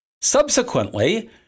Subsequently